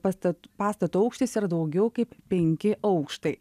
pastat pastato aukštis yra daugiau kaip penki aukštai